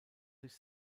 sich